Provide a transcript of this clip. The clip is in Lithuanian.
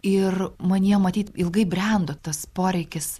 ir manyje matyt ilgai brendo tas poreikis